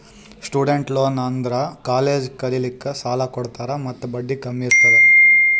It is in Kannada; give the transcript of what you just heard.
ಸ್ಟೂಡೆಂಟ್ ಲೋನ್ ಅಂದುರ್ ಕಾಲೇಜ್ ಕಲಿಲ್ಲಾಕ್ಕ್ ಸಾಲ ಕೊಡ್ತಾರ ಮತ್ತ ಬಡ್ಡಿ ಕಮ್ ಇರ್ತುದ್